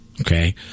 Okay